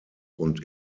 und